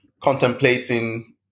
contemplating